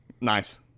Nice